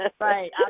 right